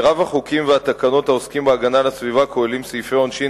רוב החוקים והתקנות העוסקים בהגנה על הסביבה כוללים סעיפי עונשין,